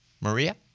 Maria